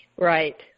Right